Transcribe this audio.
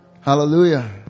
Hallelujah